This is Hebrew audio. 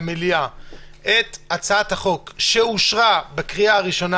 למליאה את הצעת החוק שאושרה בקריאה ראשונה.